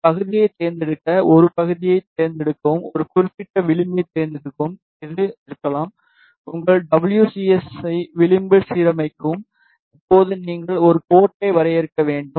ஒரு பகுதியைத் தேர்ந்தெடுக்க ஒரு பகுதியைத் தேர்ந்தெடுக்கவும் ஒரு குறிப்பிட்ட விளிம்பைத் தேர்ந்தெடுக்கவும் இது இருக்கலாம் உங்கள் டபுள்யூ சி எஸ் ஐ விளிம்பில் சீரமைக்கவும் இப்போது நீங்கள் ஒரு போர்ட்டை வரையறுக்க வேண்டும்